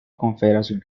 confederación